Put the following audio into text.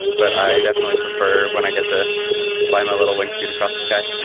but i definitely prefer when i get to fly my little wing suit across the sky